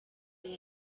uwo